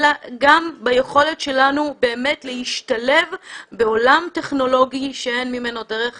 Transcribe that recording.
אלא גם ביכולת שלנו באמת להשתלב בעולם טכנולוגי שאין ממנו דרך חזרה.